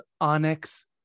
onyx